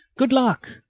good luck.